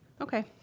Okay